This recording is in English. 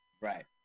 Right